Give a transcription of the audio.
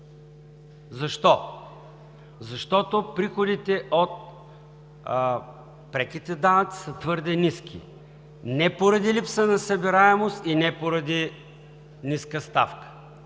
Защо? Защото приходите от преките данъци са твърде ниски не поради липса на събираемост и не поради ниска ставка.